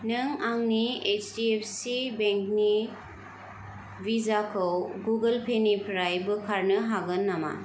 नों आंनि H D F C बेंकनि भिसाखौ गुगोल पेनिफ्राय बोखारनो हागोन नामा